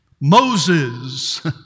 Moses